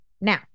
Now